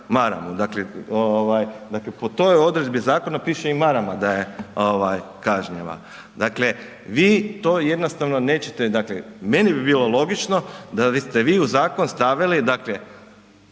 dakle po toj odredbi zakona piše i marama da je kažnjiva. Dakle, vi to jednostavno nećete, meni bi bilo logično da ste vi u zakon stavili određenu